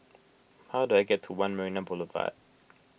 how do I get to one Marina Boulevard